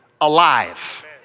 alive